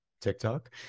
TikTok